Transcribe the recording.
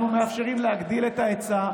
אנחנו מאפשרים להגדיל את ההיצע.